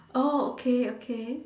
oh okay okay